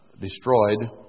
destroyed